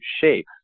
shape